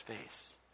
face